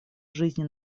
жизни